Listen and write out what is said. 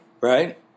right